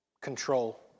control